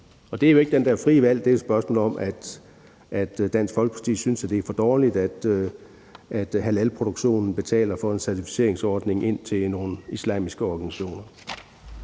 og det er jo ikke det der frie valg, det handler om, men et spørgsmål om, at Dansk Folkeparti synes, det er for dårligt, at halalproduktionen betaler til nogle islamiske organisationer